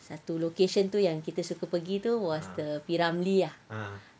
satu location tu yang kita suka pergi tu was the P ramlee ah